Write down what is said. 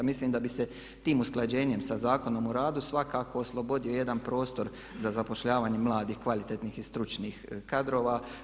Mislim da bi se tim usklađenjem sa Zakonom o radu svakako oslobodio jedan prostor za zapošljavanje mladih kvalitetnih stručnih kadrova.